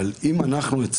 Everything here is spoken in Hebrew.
אבל אם אצלנו